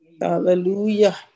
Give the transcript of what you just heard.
Hallelujah